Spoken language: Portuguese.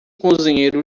cozinheiro